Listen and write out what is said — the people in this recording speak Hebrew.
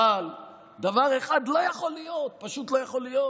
אבל דבר אחד לא יכול להיות, פשוט לא יכול להיות: